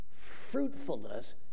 Fruitfulness